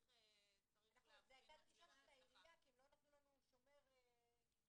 זו היתה דרישה של העיריה כי הם לא נתנו לנו שומר בפתח.